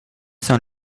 sont